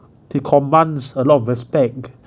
he commands a lot of respect